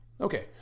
Okay